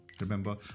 Remember